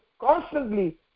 constantly